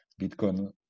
Bitcoin